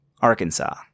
arkansas